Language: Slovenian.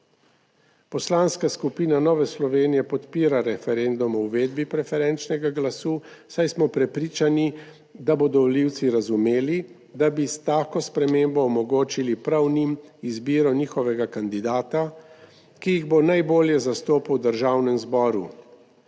Poslanska skupina Nove Slovenije podpira referendum o uvedbi preferenčnega glasu, saj smo prepričani, da bodo volivci razumeli, da bi s tako spremembo omogočili prav njim izbiro njihovega kandidata, ki jih bo najbolje zastopal v Državnem zboru.